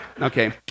Okay